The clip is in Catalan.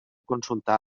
consultar